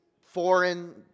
foreign